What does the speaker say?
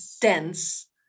dense